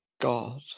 god